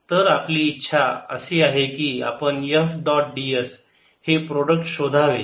तर आपली इच्छा आहे की आपण F डॉट ds हे प्रोडक्ट शोधावे